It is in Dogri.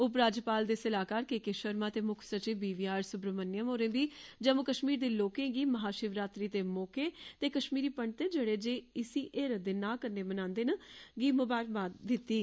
उपराज्यपाल हुंदे सलाहकार के के शर्मा ते मुक्ख सचिव बी वी आर सुब्रामण्यम होरें बी जम्मू कश्मीर दे लोकें गी महाशिवरात्रि दे मौके पर कश्मीरी पंडतें जेहड़े इसी हेरथ दे ना कन्नै मनांदे न गी मुबारकबाद दित्ती ऐ